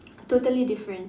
totally different